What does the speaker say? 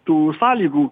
tų sąlygų